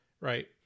Right